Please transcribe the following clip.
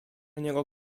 niego